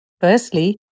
Firstly